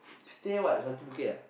stay what Kaki-Bukit ah